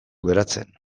geratzen